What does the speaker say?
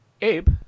Abe